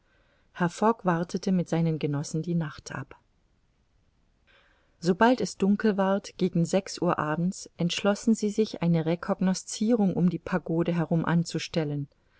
fogg wartete mit seinen genossen die nacht ab sobald es dunkel ward gegen sechs uhr abends entschlossen sie sich eine recognoscirung um die pagode herum anzustellen